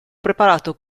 preparato